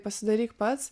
pasidaryk pats